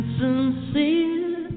sincere